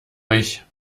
euch